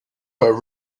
but